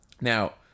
Now